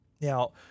Now